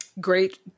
Great